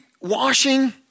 washing